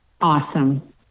Awesome